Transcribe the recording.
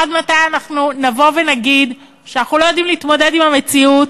עד מתי אנחנו נגיד שאנחנו לא יודעים להתמודד עם המציאות,